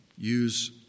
use